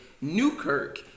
Newkirk